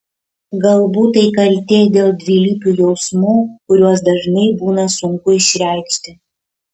galbūt tai kaltė dėl dvilypių jausmų kuriuos dažnai būna sunku išreikšti